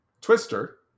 Twister